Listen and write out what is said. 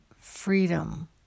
freedom